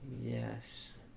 Yes